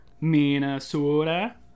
Minnesota